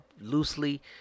loosely